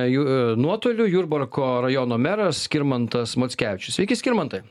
ju nuotoliu jurbarko rajono meras skirmantas mockevičius sveiki skirmantai